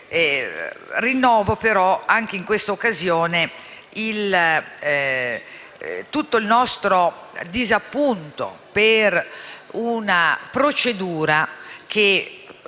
rinnovo anche in questa occasione tutto il nostro disappunto per una procedura che,